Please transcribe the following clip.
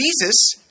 Jesus